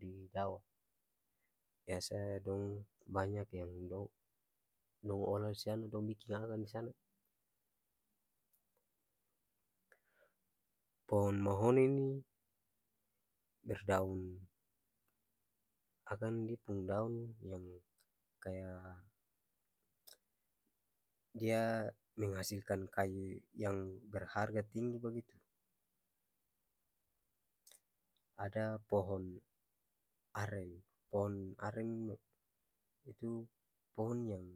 di daong biasa dong banya yang dong, dong olah disana dong biking akang disana, pohong mahoni ini berdaun akang dia pung daong yang kaya dia menghasilkan kayu yang berharga tinggi bagitu. Ada pohong aren, pohong aren itu pohong yang